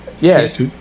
yes